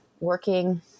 working